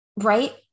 Right